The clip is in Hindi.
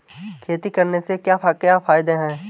खेती करने से क्या क्या फायदे हैं?